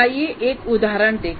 आइए एक उदाहरण देखें